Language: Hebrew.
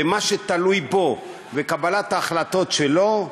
במה שתלוי בו ובקבלת ההחלטות שלו,